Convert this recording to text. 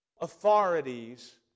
authorities